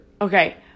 Okay